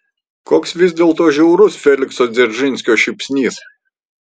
koks vis dėlto žiaurus felikso dzeržinskio šypsnys